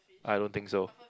I don't think so